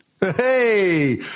Hey